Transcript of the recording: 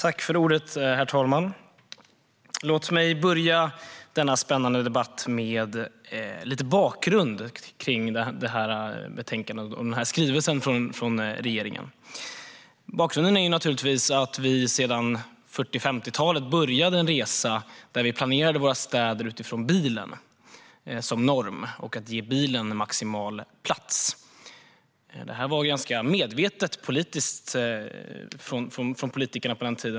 Herr talman! Låt mig börja denna spännande debatt med bakgrunden till detta betänkande och denna skrivelse från regeringen. Bakgrunden är naturligtvis att vi sedan 40 och 50-talet började planera städerna utifrån bilen som norm. Man skulle ge bilen maximal plats. Det var ganska medvetet från politikerna på den tiden.